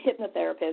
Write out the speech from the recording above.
hypnotherapist